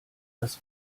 dass